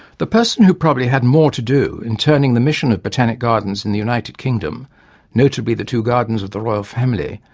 the person who probably had more to do in turning the mission of botanic gardens in the united kingdom notably the two gardens of the royal family,